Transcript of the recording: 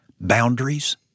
boundaries